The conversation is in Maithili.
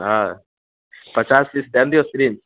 हँ पचास पीस दै दियौ नऽ सिरिंज